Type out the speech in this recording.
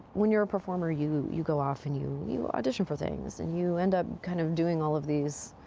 when you're a performer you you go off and you you audition for things and you end up kind of doing all of these